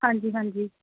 ਹਾਂਜੀ ਹਾਂਜੀ